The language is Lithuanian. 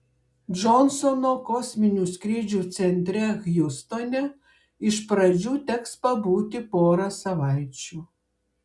džonsono kosminių skrydžių centre hjustone iš pradžių teks pabūti porą savaičių